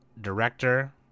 director